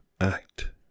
act